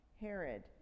Herod